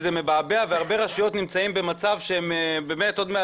זה מבעבע והרבה רשויות נמצאות במצב שיהיו כפי